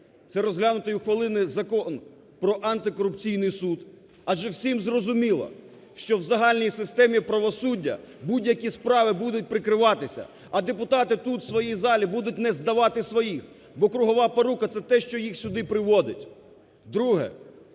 Це розглянути і ухвалити Закон про антикорупційний суд. Адже всім зрозуміло, що в загальній системі правосуддя будь-які справи будуть прикриватися, а депутати тут, в своїй залі, будуть не здавати своїх, бо кругова порука це те, що їх сюди приводить. Друге.